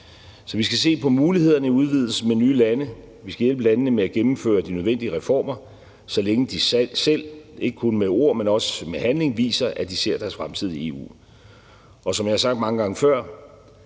Så vi skal se på mulighederne i udvidelsen med nye lande, og vi skal hjælpe landene med at gennemføre de nødvendige reformer, så længe de selv ikke kun med ord, men også med handling, viser, at de ser deres fremtid i EU. Som jeg har sagt mange gange før,